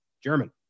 German